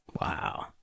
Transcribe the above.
Wow